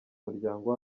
muryango